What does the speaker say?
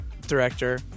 director